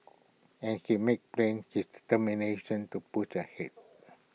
and he made plain his determination to push ahead